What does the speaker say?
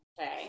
okay